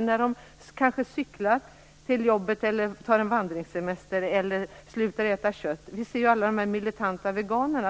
när de cyklar till jobbet, tar en vandringssemester eller slutar äta kött. Vi ser ju alla dessa militanta veganer.